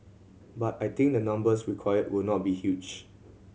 but I think the numbers required will not be huge